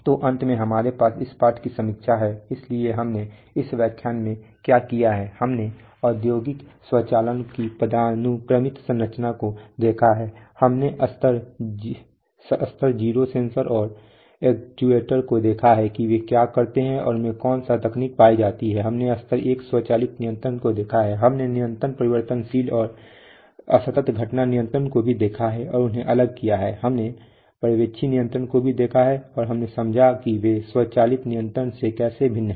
तो अंत में हमारे पास इस पाठ की समीक्षा है इसलिए हमने इस व्याख्यान में क्या किया है हमने औद्योगिक स्वचालन की पदानुक्रमित संरचना को देखा है हमने स्तर 0 सेंसर और एक्चुएटर्स को देखा है कि वे क्या करते हैं और उनमें कौन सी तकनीकें पाई जाती हैं हमने स्तर 1 स्वचालित नियंत्रण को देखा हमने निरंतर परिवर्तनशील और असतत घटना नियंत्रण को भी देखा और उन्हें अलग किया हमने पर्यवेक्षी नियंत्रण को देखा और हमने समझा कि वे स्वचालित नियंत्रण से कैसे भिन्न हैं